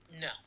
No